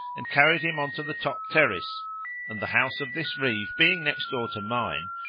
and carried him on to the top terrace and, the house of this reeve being next door to mine,